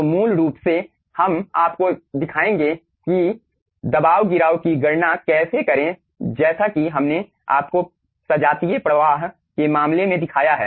तो मूल रूप से हम आपको दिखाएंगे कि दबाव गिराव की गणना कैसे करें जैसा कि हमने आपको सजातीय प्रवाह के मामले में दिखाया है